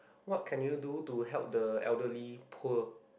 what can you do to help the elderly poor